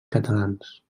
catalans